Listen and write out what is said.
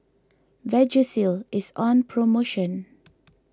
Vagisil is on promotion